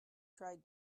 tried